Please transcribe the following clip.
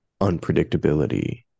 unpredictability